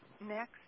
next